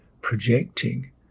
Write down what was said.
projecting